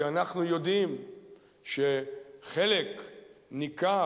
כי אנחנו יודעים שחלק ניכר